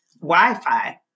Wi-Fi